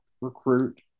recruit